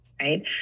right